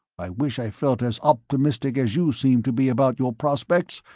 i wish i felt as optimistic as you seem to be about your prospects.